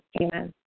amen